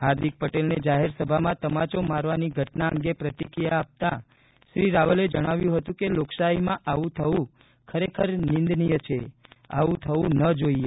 હાર્દિક પટેલને જાહેરસભામાં તમાચો મારવાની ઘટના અંગે પ્રતિક્રિયા આપતા શ્રી રાવલે જણાવ્યું હતું કે લોકશાહીમાં આવું થવું ખરેખર નિંદનીય છે આવું થવું ન જોઈએ